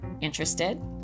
Interested